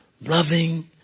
loving